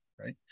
right